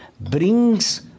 brings